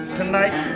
tonight